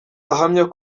ahamya